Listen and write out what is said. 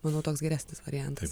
manau toks geresnis variantas